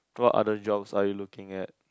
what other jobs are you looking at